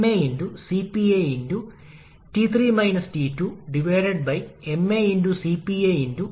എന്നാൽ ഈ ജ്വലന പ്രക്രിയയുമായി ബന്ധപ്പെട്ട സിപിയെ നമ്മൾക്കറിയില്ല